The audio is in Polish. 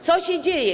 Co się dzieje?